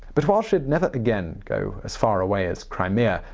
but while she'd never again go as far away as crimea,